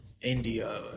India